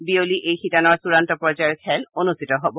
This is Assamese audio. বিয়লি এই শিতানৰ চুডান্ত পৰ্যায়ৰ খেল অনুষ্ঠিত হ'ব